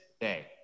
day